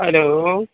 hello